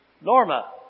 Norma